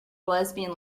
lesbian